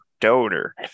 donor